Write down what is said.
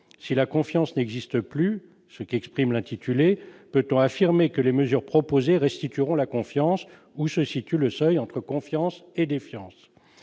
Si la confiance n'existe plus, ce qu'exprime l'intitulé, peut-on affirmer que les mesures proposées restitueront la confiance ? Où se situe le seuil entre confiance et défiance ?